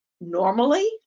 normally